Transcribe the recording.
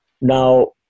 Now